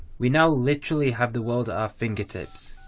we now literally have the world at our fingertips.